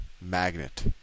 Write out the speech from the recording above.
magnet